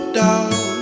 down